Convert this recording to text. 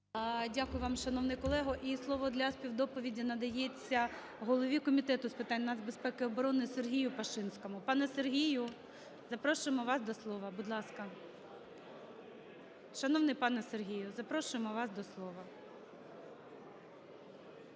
Дякую вам, шановний колего. І слово для співдоповіді надається голові Комітету з питань нацбезпеки і оборони СергіюПашинському. Пане Сергію, запрошуємо вас до слова. Будь ласка. Шановний пане Сергію, запрошуємо вас до слова.